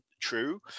true